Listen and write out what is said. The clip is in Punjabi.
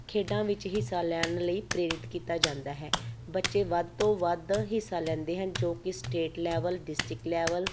ਖੇਡਾਂ ਵਿੱਚ ਹਿੱਸਾ ਲੈਣ ਲਈ ਪ੍ਰੇਰਿਤ ਕੀਤਾ ਜਾਂਦਾ ਹੈ ਬੱਚੇ ਵੱਧ ਤੋਂ ਵੱਧ ਹਿੱਸਾ ਲੈਂਦੇ ਹਨ ਜੋ ਕਿ ਸਟੇਟ ਲੈਵਲ ਡਿਸਟ੍ਰਿਕਟ ਲੈਵਲ